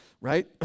right